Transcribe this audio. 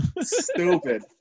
Stupid